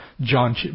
John